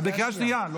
את בקריאה שנייה.